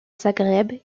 zagreb